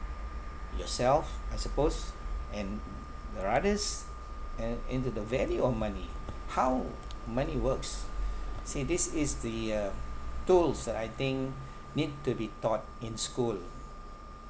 yourself I suppose and there are others uh in the the value of money how money works see this is the uh tools that I think need to be taught in school